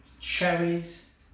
cherries